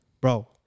Bro